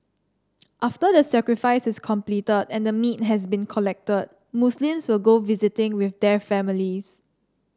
after the sacrifice is completed and the meat has been collected Muslims will go visiting with their families